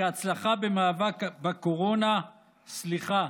כהצלחה במאבק בקורונה, סליחה,